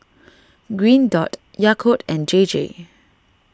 Green Dot Yakult and J J